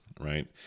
Right